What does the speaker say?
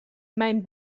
mijn